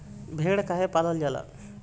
भेड़ काहे पालल जाला?